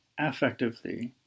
affectively